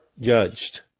judged